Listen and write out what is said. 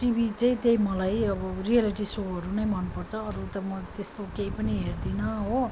TV चाहिँ त्यही मलाई अब रियलिटी सोहरू नै मन पर्छ अरू त म त्यस्तो केही पनि हेर्दिनँ हो